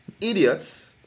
idiots